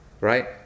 Right